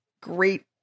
great